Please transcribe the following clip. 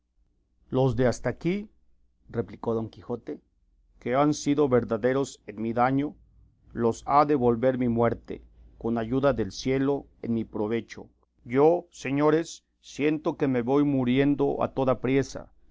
los de hasta aquí replicó don quijote que han sido verdaderos en mi daño los ha de volver mi muerte con ayuda del cielo en mi provecho yo señores siento que me voy muriendo a toda priesa